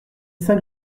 cinq